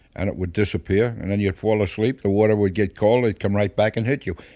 and it would disappear, and then you'd fall asleep, the water would get cold come right back and hit you.